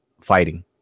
fighting